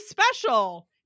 special